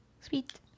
Sweet